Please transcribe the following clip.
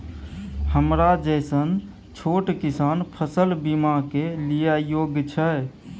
हमरा जैसन छोट किसान फसल बीमा के लिए योग्य छै?